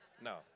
No